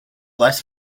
less